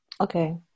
okay